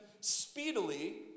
speedily